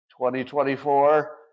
2024